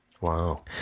wow